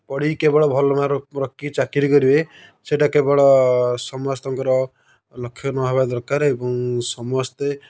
ପଢ଼ିକି କେବେଳ ଭଲ ମାର୍କ୍ ରଖିକି ଚାକିରି କରିବେ ସେଇଟା କେବଳ ସମସ୍ତଙ୍କର ଲକ୍ଷ୍ୟ ନହେବା ଦରକାର ଏବଂ ସମସ୍ତେ